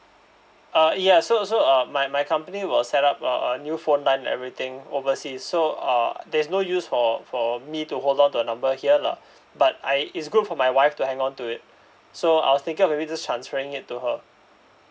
uh ya so so uh my my company will set up a a new phone line everything overseas so uh there's no use for for me to hold on to the number here lah but I it's good for my wife to hang on to it so I was thinking of maybe just transferring it to her